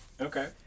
okay